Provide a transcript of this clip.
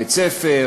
בית-ספר,